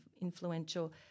influential